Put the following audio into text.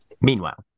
Meanwhile